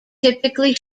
typically